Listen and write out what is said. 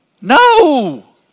No